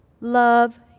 Love